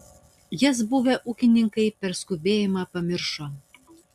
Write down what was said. jas buvę ūkininkai per skubėjimą pamiršo